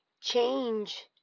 change